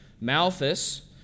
Malthus